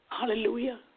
Hallelujah